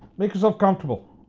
make yourself comfortable.